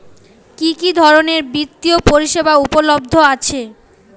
কি কি ধরনের বৃত্তিয় পরিসেবা উপলব্ধ আছে?